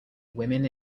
women